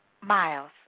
Miles